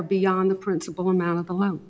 or beyond the principal amount of the l